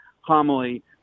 homily